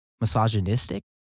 misogynistic